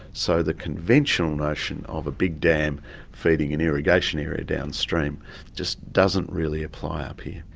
so, the conventional notion of a big dam feeding an irrigation area downstream just doesn't really apply up here.